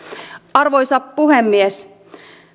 arvoisa puhemies